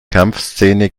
kampfszene